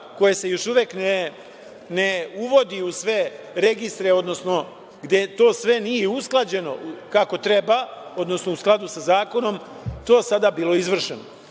koje se još uvek ne uvodi u sve registre, odnosno gde to sve nije usklađeno kako treba, odnosno u skladu sa zakonom, to sada bilo izvršeno. Naravno,